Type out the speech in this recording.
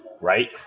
right